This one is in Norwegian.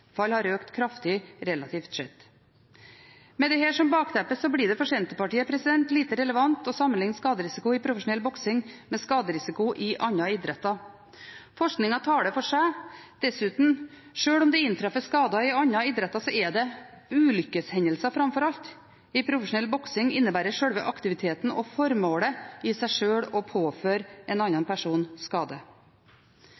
har økt kraftig, relativt sett. Med dette som bakteppe blir det for Senterpartiet lite relevant å sammenligne skaderisiko i profesjonell boksing med skaderisiko i andre idretter. Forskningen taler for seg, og dessuten: Sjøl om det inntreffer skader i andre idretter, er det framfor alt ulykkeshendelser. I profesjonell boksing innebærer sjølve aktiviteten og formålet i seg sjøl å påføre en annen